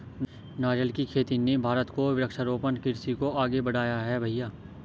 नारियल की खेती ने भारत को वृक्षारोपण कृषि को आगे बढ़ाया है भईया